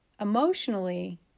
Emotionally